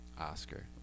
Oscar